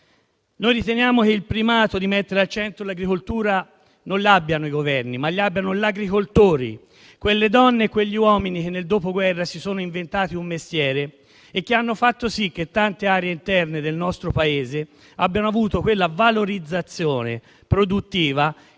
riteniamo che il primato di mettere al centro l'agricoltura non l'abbiano i Governi, ma l'abbiano gli agricoltori, quelle donne e quegli uomini che nel dopoguerra si sono inventati un mestiere e che hanno fatto sì che tante aree interne del nostro Paese abbiano avuto quella valorizzazione produttiva